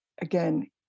again